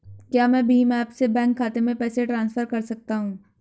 क्या मैं भीम ऐप से बैंक खाते में पैसे ट्रांसफर कर सकता हूँ?